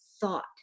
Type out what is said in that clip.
thought